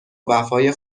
وفای